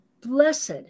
blessed